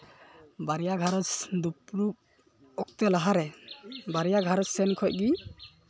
ᱵᱟᱨᱭᱟ ᱜᱷᱟᱨᱚᱸᱡᱽ ᱫᱩᱯᱲᱩᱵ ᱚᱠᱛᱮ ᱞᱟᱦᱟᱨᱮ ᱵᱟᱨᱭᱟ ᱜᱷᱟᱨᱚᱸᱡᱽ ᱥᱮᱫ ᱠᱷᱚᱱᱜᱮ